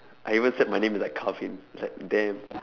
I even set my name to like like damn